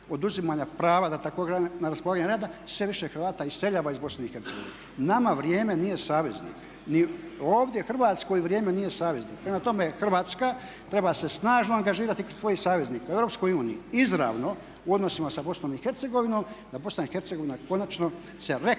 oduzimanja prava …/Govornik se ne razumije./… sve više Hrvata iseljava iz Bosne i Hercegovine. Nama vrijeme nije saveznik, ni ovdje Hrvatskoj vrijeme nije saveznik. Prema tome, Hrvatska treba se snažno angažirati kod svojih saveznika. U EU izravno u odnosima sa Bosnom i